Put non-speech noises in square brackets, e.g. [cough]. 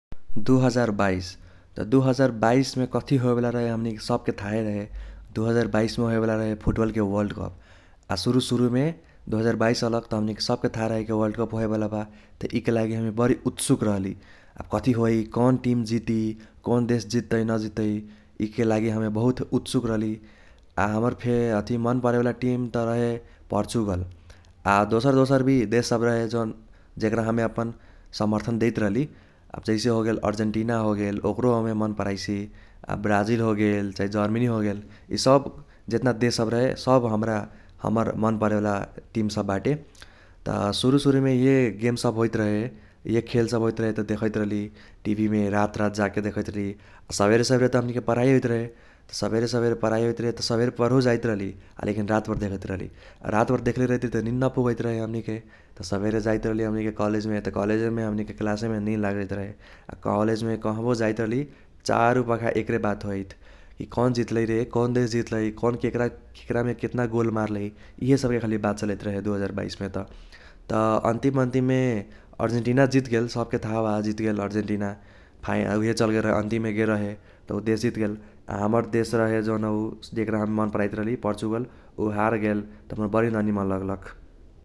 दु हाजार बाइस त दु हाजार बाइसमे कथी होएबाला रहे हमनीके सबके थाहे रहे। दु हाजार बाइसमे होएबाला रहे फूटबलके वर्ल्ड कप । आ सुरूसुरूमे दु हाजार बाइस अलक त हमनीके सबके थाह रहे कि वर्ल्ड कप होएबाला बा त इके लागि हमे बरी उत्सुक रहली, आब कथी होइ कौन टीम जीती कौन देश जित्तै न जित्तै त इके लागि हमे बहुत उत्सुक रहली। आ हमर फेर अथि मन परेवाला टीम त रहे पोर्चुगल । आ दोसर दोसर भी देश सब रहे जौन जेक्रा हमे अपन समर्थन देइत रहली। आब जैसे होगेल अर्जेन्टीना होगेल ओक्रो हमे मन पराइसी, आब ब्राजील होगेल चाही जर्मनी होगेल ईसब जेतना देश सब रहे सब हम्रा हमार मन परेवाला टीम सब बाटे । त सुरूसुरूमे इहे गेम सब होइत रहे इहे खेल सब होइत रहे त देखैत रहली टिभीमे रात रात जाक्के देखैत रहली । सबेरे सबेरे त हानिके पर्हाइ होइत रहे, त सबेरे सबेरे पर्हाइ होइत रहे त सबेरे पर्हुजाइत रहली आ लेकिन रातभर देखैत रहली । आ रातभर देख्ले रहैत रहली त निन न पुगैत रहे हमनीके त सबेरे जाइत रहली हमनीके कॉलेजमे त कॉलेजेमे हमनीके क्लासेमे निन लागजाइत रहे । आ कॉलेजमे कहबो जाइत रहली चारुपाखा एक्रे बात होइत कि कौन जितलै रे कौन देश जितलै कौन केक्रा केक्रामे केतना गोल मारलै इहेसबके खाली बात चलैत रहे दु हाजार बाइसमे त। त अन्तिम अन्तिममे अर्जेन्टीना जीतगेल सबके थाह बा जीतगेल अर्जेन्टीना [unintelligible] उइहे चलगेल अन्तिममे गेल रहे । त उ देश जीतगेल, आ हमर देश रहे जौन हौ जेक्रा हम मन पराइत रहली पोर्चुगल उ हारगेल त हम्रा बरी न निमन लग्लक।